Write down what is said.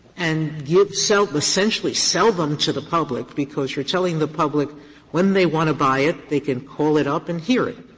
and give sell essentially sell them to the public, because you're telling the public when they want to buy it, they can call it up and hear it.